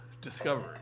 discovery